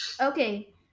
Okay